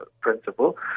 principle